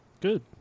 Good